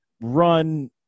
run